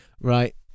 right